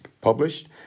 published